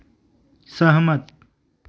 सहमत